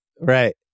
Right